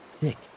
thick